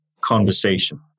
conversation